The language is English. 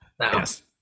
Yes